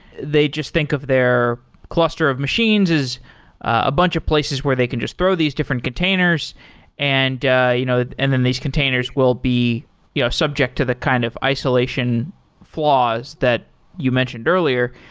they just think of their cluster of machines as a bunch of places where they can just throw these different containers and you know and then these containers will be you know subject to the kind of isolation flaws that you mentioned earlier.